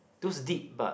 those deep but